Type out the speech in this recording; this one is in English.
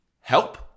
Help